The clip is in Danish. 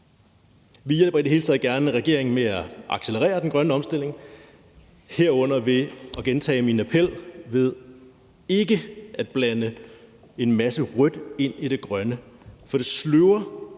Vi hjælper i det hele taget gerne regeringen med at accelerere den grønne omstilling, herunder ved at gentage min appel om ikke at blande en masse rødt ind i det grønne, for det sløver